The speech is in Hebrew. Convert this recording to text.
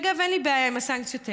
ואגב, אין לי בעיה עם הסנקציות האלה,